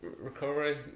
recovery